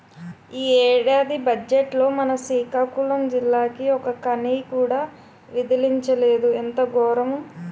ఈ ఏడాది బజ్జెట్లో మన సికాకులం జిల్లాకి ఒక్క కానీ కూడా విదిలించలేదు ఎంత గోరము